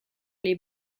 les